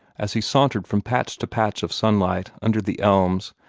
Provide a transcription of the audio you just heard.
as he sauntered from patch to patch of sunlight under the elms,